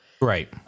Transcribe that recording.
right